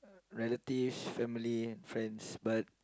relatives family friends but